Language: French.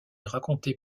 racontée